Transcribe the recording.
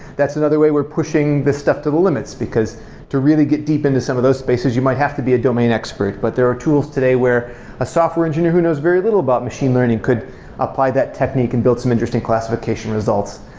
that's another way we're pushing this stuff to the limits, because to really get deep into some of those spaces, you might have to be a domain expert, but there are tools today where a software engineer who knows very little about machine learning could apply that technique and build some interesting classification results.